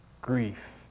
Grief